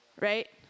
Right